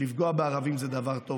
שלפגוע בערבים זה דבר טוב.